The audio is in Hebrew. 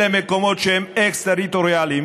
אלה מקומות שהם אקס-טריטוריאליים.